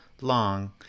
long